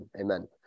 amen